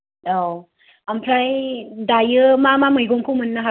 औ आमफ्राय दायो मा मा मैगंखौ मोननो हागोन